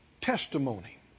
testimony